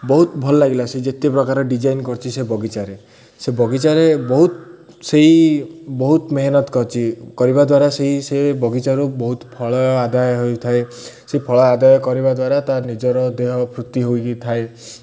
ବହୁତ ଭଲ ଲାଗିଲା ସେ ଯେତେ ପ୍ରକାର ଡିଜାଇନ୍ କରିଛି ସେ ବଗିଚାରେ ସେ ବଗିଚାରେ ବହୁତ ସେଇ ବହୁତ ମେହନତ କରିଛି କରିବା ଦ୍ୱାରା ସେଇ ସେ ବଗିଚାରୁ ବହୁତ ଫଳ ଆଦାୟ ହୋଇଥାଏ ସେଇ ଫଳ ଆଦାୟ କରିବା ଦ୍ୱାରା ତା ନିଜର ଦେହ ଫୁର୍ତ୍ତି ହୋଇକିଥାଏ